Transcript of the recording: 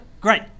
Great